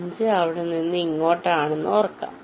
5 ഇവിടെ നിന്ന് ഇങ്ങോട്ട് ആണെന്ന് നോക്കാം